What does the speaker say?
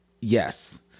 Yes